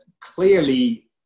clearly